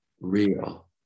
real